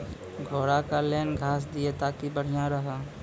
घोड़ा का केन घास दिए ताकि बढ़िया रहा?